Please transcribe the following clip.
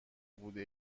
بوده